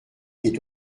est